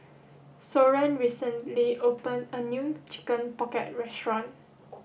Soren recently opened a new chicken pocket restaurant